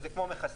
זה כמו מכסים.